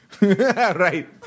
Right